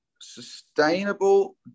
Sustainable